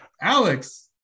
Alex